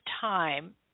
time